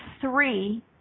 three